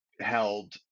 held